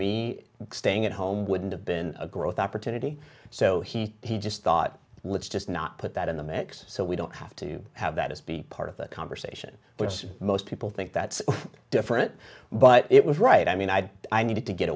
me staying at home wouldn't have been a growth opportunity so he just thought let's just not put that in the mix so we don't have to have that as be part of the conversation but most people think that's different but it was right i mean i i needed to get